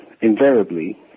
invariably